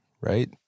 right